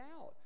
out